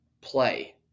play